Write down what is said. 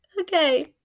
Okay